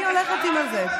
אני הולכת עם זה.